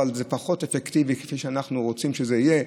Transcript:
אבל זה פחות אפקטיבי מכפי שאנחנו רוצים שזה יהיה.